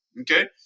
okay